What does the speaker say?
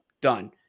done